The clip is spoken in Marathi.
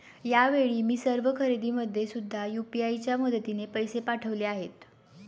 यावेळी मी सर्व खरेदीमध्ये सुद्धा यू.पी.आय च्या मदतीने पैसे पाठवले आहेत